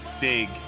big